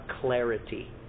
clarity